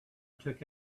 took